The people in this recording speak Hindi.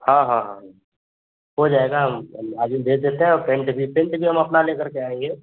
हाँ हाँ हाँ हो जाएगा हम हम आज ही भेज देते हैं और पेन्ट भी पेन्ट भी हम अपना ले करके आएँगे